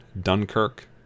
Dunkirk